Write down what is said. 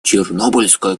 чернобыльская